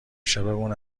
شبمون